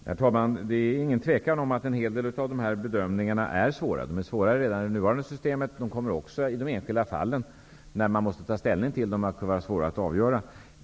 Herr talman! Det råder inget tvivel om att det är svårt att göra en hel del av dessa bedömningar. De är svåra att göra redan i det nuvarande systemet, och de kommer också i de enskilda fallen att vara svåra att göra.